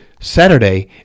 Saturday